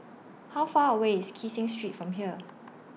How Far away IS Kee Seng Street from here